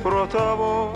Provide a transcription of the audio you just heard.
pro tavo